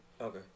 Okay